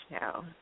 no